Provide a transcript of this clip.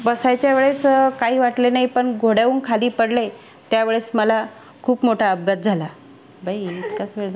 बसायच्या वेळेस काही वाटले नाही पण घोड्याहुन खाली पडले त्यावेळेस मला खूप मोठा अपघात झाला बाई इतकाच वेळ